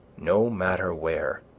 no matter where,